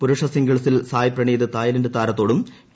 പുരുഷസിംഗിൾസിൽ Sai Praneeth Thailand താരത്തോടും P